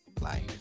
life